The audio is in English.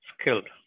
skilled